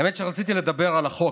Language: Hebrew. האמת שרציתי לדבר על החוק,